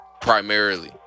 primarily